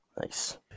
Nice